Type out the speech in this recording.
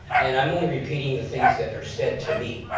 and i'm only repeating the things that are said to me.